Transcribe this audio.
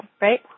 right